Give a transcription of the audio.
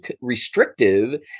restrictive